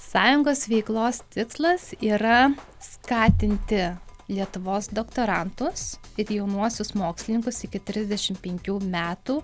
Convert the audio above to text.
sąjungos veiklos tikslas yra skatinti lietuvos doktorantus ir jaunuosius mokslininkus iki trisdešimt penkių metų